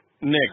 Nick